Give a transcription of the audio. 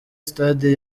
sitade